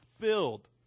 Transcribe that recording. filled